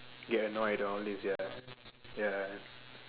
get annoyed at all lazier ya